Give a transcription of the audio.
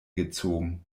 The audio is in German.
gezogen